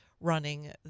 running